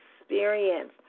Experience